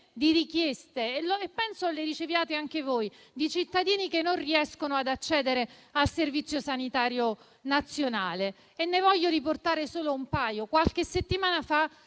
di richieste (e penso che le riceviate anche voi) di cittadini che non riescono ad accedere al Servizio sanitario nazionale e ne voglio riportare solo un paio. Qualche settimana fa